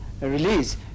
release